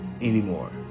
anymore